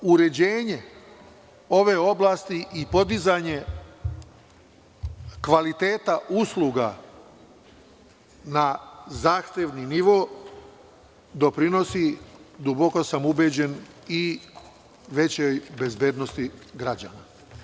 Uređenje ove oblasti i podizanje kvaliteta usluga na zahtevni nivo doprinosi, duboko sam ubeđen, i većoj bezbednosti građana.